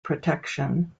protection